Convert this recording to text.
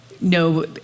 no